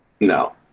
No